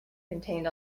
contained